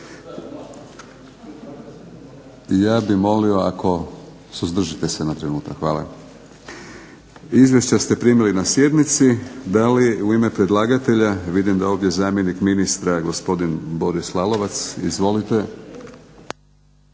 Ja bih molio ako, suzdržite se na trenutak. Hvala. Izvješća ste primili na sjednici. Da li u ime predlagatelja, vidim da je ovdje zamjenik ministra gospodin Boris Lalovac. Izvolite.